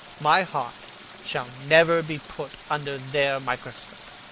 my heart shall never be put under their microscope.